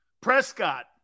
Prescott